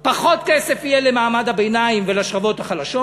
יהיה פחות כסף למעמד הביניים ולשכבות החלשות,